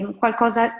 qualcosa